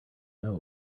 know